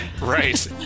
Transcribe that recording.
Right